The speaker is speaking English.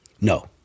No